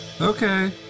Okay